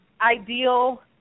ideal